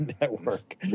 network